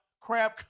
crab